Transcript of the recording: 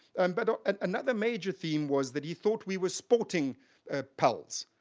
and but ah and another major theme was that he thought we were sporting ah pals,